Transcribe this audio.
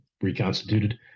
reconstituted